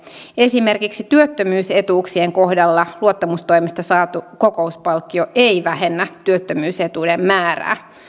esimerkiksi työttömyysetuuksien kohdalla luottamustoimesta saatu kokouspalkkio ei vähennä työttömyysetuuden määrää